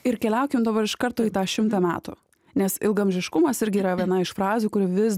ir keliaukim dabar iš karto į tą šimtą metų nes ilgaamžiškumas irgi yra viena iš frazių kurių vis